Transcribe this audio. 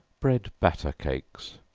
bread batter cakes.